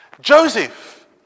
Joseph